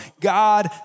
God